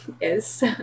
Yes